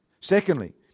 Secondly